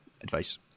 advice